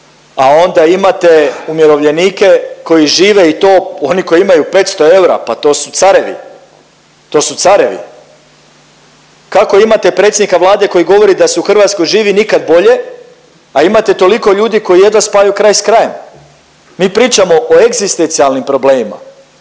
a onda imate umirovljenike koji žive i to oni koji imaju 500 eura pa to su carevi, to su carevi. Kako imate predsjednika Vlade koji govori da se u Hrvatskoj živi nikad bolje, a imate toliko ljudi koji jedva spajaju kraj s krajem. Mi pričamo o egzistencijalnim problemima,